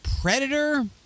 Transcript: predator